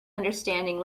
understanding